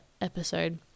episode